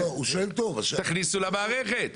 תכניסו למערכת.